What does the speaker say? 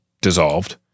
dissolved